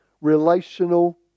relational